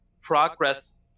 progress